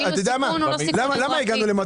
כאילו סיכון הוא לא סיכון --- אתה צודק.